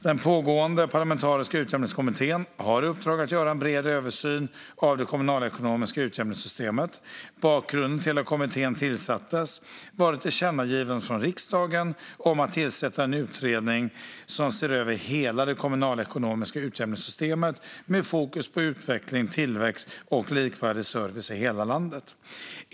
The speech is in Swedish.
Den pågående parlamentariska Utjämningskommittén har i uppdrag att göra en bred översyn av det kommunalekonomiska utjämningsystemet. Bakgrunden till att kommittén tillsattes var ett tillkännagivande från riksdagen om att tillsätta en utredning som ser över hela det kommunalekonomiska utjämningssystemet med fokus på utveckling, tillväxt och likvärdig service i hela landet.